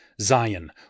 Zion